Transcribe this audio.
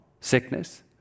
sickness